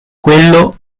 quello